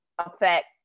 Affect